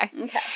Okay